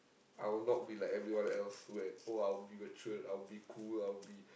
I will not be like everyone else where oh I'll be matured I'll cool I'll be